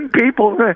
people